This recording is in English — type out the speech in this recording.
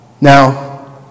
Now